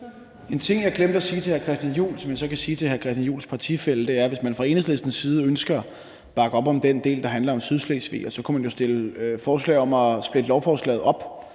En ting, jeg glemte at sige til hr. Christian Juhl, og som jeg så kan sige til hr. Christian Juhls partifælle, er, at hvis man fra Enhedslistens side ønsker at bakke op om den del, der handler om sydslesvigere, så kunne man jo stille forslag om at splitte lovforslaget op,